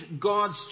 God's